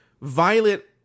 Violet